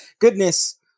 goodness